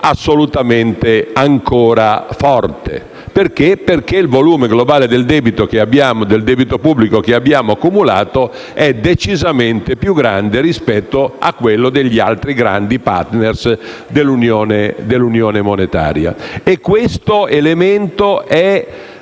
assolutamente ancora forte. Ciò perché il volume globale del debito pubblico che abbiamo accumulato è decisamente più grande rispetto a quello degli altri grandi *partner* dell'Unione monetaria. Questo elemento